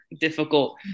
difficult